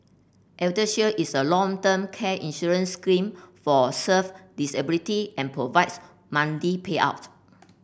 eldershield is a long term care insurance scheme for serve disability and provides monthly payout